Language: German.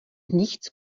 nichts